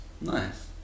Nice